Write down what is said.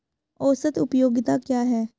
औसत उपयोगिता क्या है?